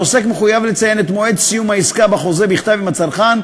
העוסק מחויב לציין את מועד סיום העסקה בחוזה בכתב עם הצרכן,